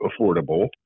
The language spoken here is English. affordable